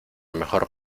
mejor